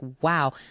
wow